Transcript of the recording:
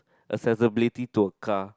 accessibility to a car